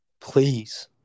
please